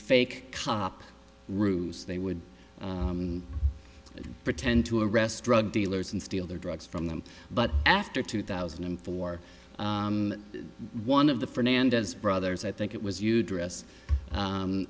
fake cop routes they would pretend to a restaurant dealers and steal their drugs from them but after two thousand and four one of the fernandez brothers i think it was you dress